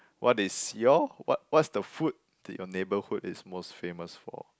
what is your what what's the food that your neighbourhood is most famous for